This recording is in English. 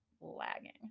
lagging